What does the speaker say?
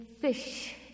fish